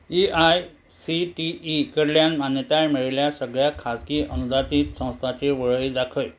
A I C T E कडल्यान मान्यताय मेळिल्ल्या सगळ्या खाजगी अनुदानित संस्थांची वळेरी दाखय